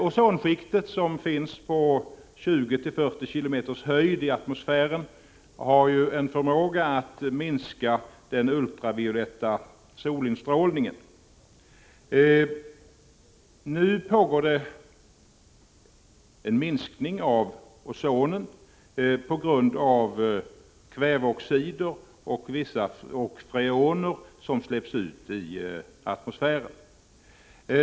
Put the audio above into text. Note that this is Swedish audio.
Ozonskiktet, som finns på 20-40 km höjd i atmosfären, har en förmåga att minska den ultravioletta solinstrålningen. Nu pågår det en minskning av ozonen på grund av kväveoxider och freoner som släpps ut i atmosfären.